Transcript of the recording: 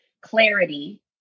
clarity